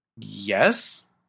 yes